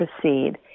proceed